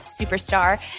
superstar